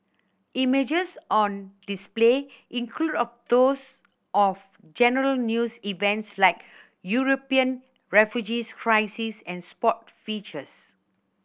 images on display include of those of general news events like European refugees crisis and sport features